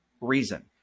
reason